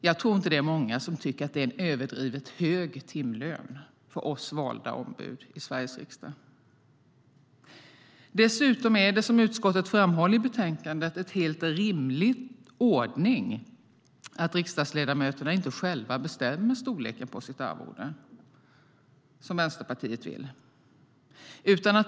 Jag tror inte att det är många som tycker att det är en överdrivet hög timlön för oss valda ombud i Sveriges riksdag. Dessutom är det som utskottet framhåller i betänkandet en helt rimlig ordning att riksdagsledamöterna inte själva bestämmer storleken på sitt arvode, som Vänsterpartiet vill.